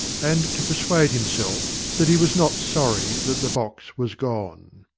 and to persuade him self that he was not sorry that the box was gone.